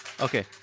Okay